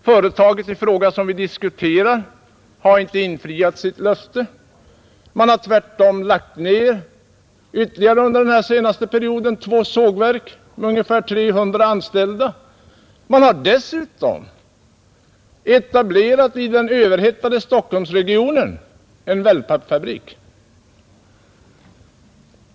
Det företag vi diskuterar har inte infriat sitt löfte, utan har tvärtom under den senaste perioden lagt ned ytterligare två sågverk med ungefär 300 anställda. Man har dessutom i den överhettade Stockholmsregionen etablerat en wellpappfabrik.